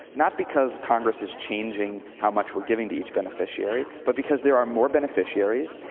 not because congress is changing how much we're giving to each beneficiary, but because there are more beneficiaries,